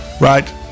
right